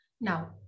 Now